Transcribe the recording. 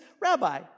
Rabbi